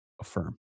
affirm